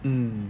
mm